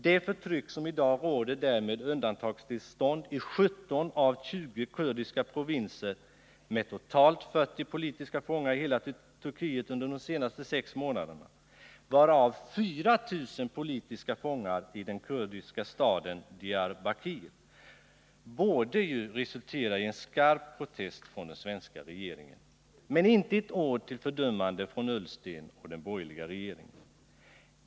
Det förtryck som i dag råder där — med undantagstillstånd i 17 av 20 kurdiska provinser och totalt 40 000 politiska fångar i hela Turkiet under de senaste sex månaderna, varav 4 000 politiska fångar i den kurdiska staden Diyarbakir — borde resultera i en skarp protest från den svenska regeringen. Men inte ett ord till fördömande från Ola Ullsten och den borgerliga regeringen.